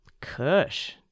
Kush